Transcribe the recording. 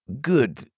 Good